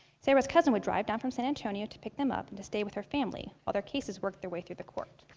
sayra's cousin would drive down from san antonio to pick them up and to stay with her family while their cases worked their way through the court.